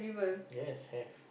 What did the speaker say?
that's have